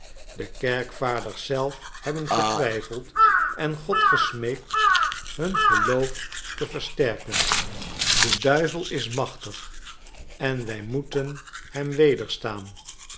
de kerkvaders zelf hebben getwijfeld en god gesmeekt hun geloof te versterken de duivel is machtig en wij moeten hem